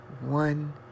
one